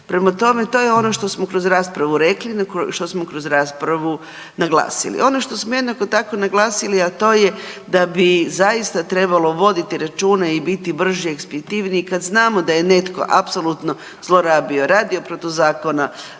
Prema tome, to je ono što smo kroz raspravu rekli, što smo kroz raspravu naglasili. Ono što smo jednako tako naglasili, a to je da bi zaista trebalo voditi računa i biti brži i ekspeditivniji kad znamo da je netko zlorabio, radio protiv zakona,